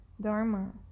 dharma